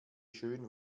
schön